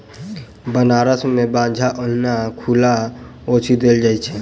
बनारस मे बाछा ओहिना खुला छोड़ि देल जाइत छै